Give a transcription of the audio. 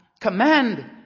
command